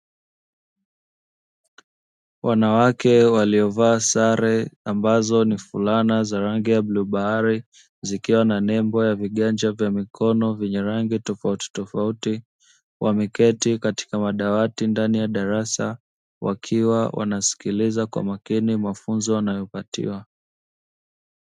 Wanawake walio vaa sare ambazo ni fulana za rangi ya bluu bahari zikiwa na nembo ya viganja vya mikono vyenye rangi tofautitofauti, wameketi katika madawati ndani ya darasa wakiwa wanasikiliza kwa makini mafunzo wanayo patiwa.